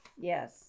Yes